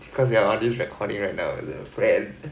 because we are on this recording right now the friend